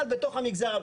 אבל בתוך המגזר.